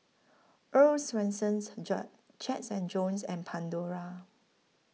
Earl's Swensens Jack chairs and Jones and Pandora